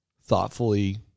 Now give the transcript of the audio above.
thoughtfully